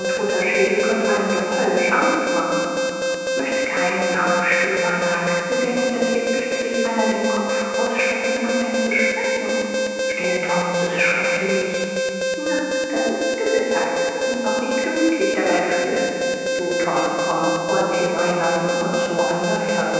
toter schädel könnt einem doch höllisch angst machen möcht keinen aufstöbern huck zu denken daß hier plötzlich einer den kopf rausstreckt und anfängt zu sprechen still tom s ist schrecklich na das ist's gewiß huck würd mich auch nicht gemütlich dabei fühlen du tom komm wollen's hier sein lassen und s wo anders